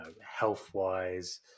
health-wise